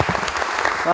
Hvala